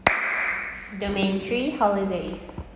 domain three holidays